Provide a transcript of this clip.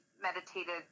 meditated